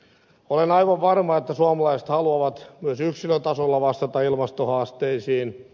olen aivan varma että suomalaiset haluavat myös yksilötasolla vastata ilmastohaasteisiin